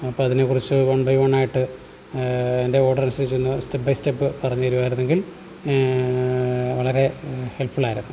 അപ്പോൾ അതിനെക്കുറിച്ച് one by വണ്ണായിട്ട് അതിൻ്റെ ഓഡർ അനുസരിച്ചൊന്ന് സ്റ്റെപ്പ് ബൈ സ്റ്റെപ്പ് പറഞ്ഞു തരികയായിരുന്നെങ്കിൽ വളരെ ഹെൽപ്പ് ഫുള്ളായിരുന്നു